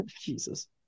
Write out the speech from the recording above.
jesus